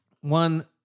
One